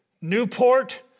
Newport